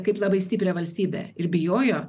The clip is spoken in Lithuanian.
kaip labai stiprią valstybę ir bijojo